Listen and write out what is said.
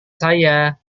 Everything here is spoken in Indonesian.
saya